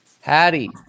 Hattie